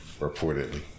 reportedly